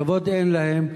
כבוד אין להם,